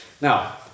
Now